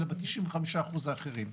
אלא ב-95% האחרים.